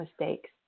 mistakes